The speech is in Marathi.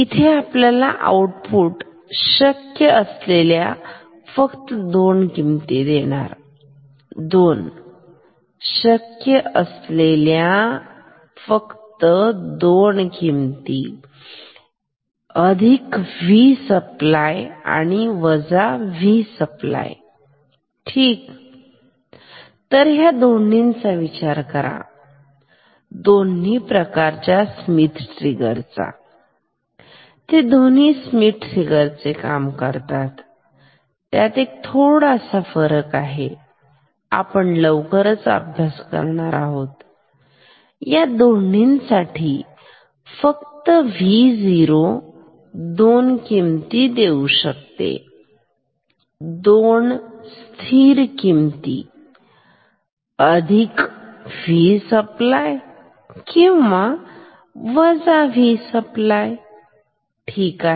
इथे आपल्याला आऊटपुट शक्य असलेल्या फक्त दोन किमती देणार दोन शक्य असलेल्या किमती अधिक V सप्लाय आणि वजा V सप्लाय ठीक तर ह्या दोन्हींचा विचार करा दोन्ही प्रकारच्या स्मिथ ट्रिगरचा ते दोन्ही स्मिथ ट्रिगर चे काम करतात त्यात एक थोडासा फरक आहे आपण लवकरच अभ्यास करणार आहोत या दोन्हींसाठी Vo फक्त दोन किमती घेऊ शकते दोन स्थिर किमती आहेत अधिक V सप्लाय किंवा वजा V सप्लाय ठीक आहे